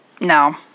no